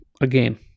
again